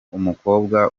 umukobwa